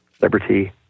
liberty